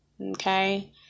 Okay